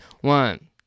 one